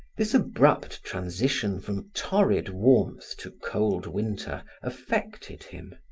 this abrupt transition from torrid warmth to cold winter affected him.